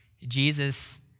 Jesus